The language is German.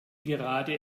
gerade